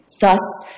thus